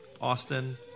Austin